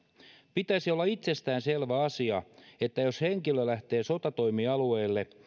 pitäisi olla itsestäänselvä asia että jos henkilö lähtee sotatoimialueelle